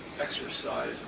exercise